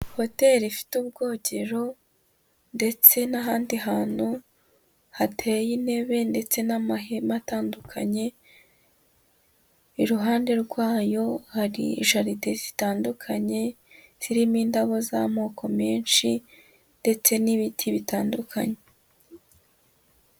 Hoteri ifite ubwogero ndetse n'ahandi hantu hateye intebe, ndetse n'amahema atandukanye, iruhande rwayo hari jaride zitandukanye zirimo indabo z'amoko menshi, ndetse n'ibiti bitandukanye.